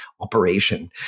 operation